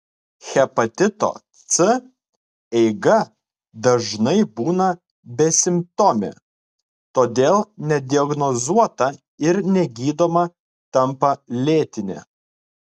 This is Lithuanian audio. hepatito c eiga dažnai būna besimptomė todėl nediagnozuota ir negydoma tampa lėtine